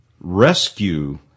rescue